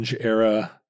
era